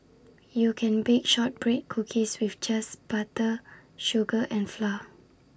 you can bake Shortbread Cookies with just butter sugar and flour